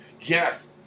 Yes